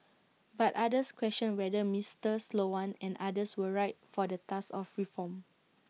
but others questioned whether Mister Sloan and others were right for the task of reform